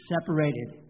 separated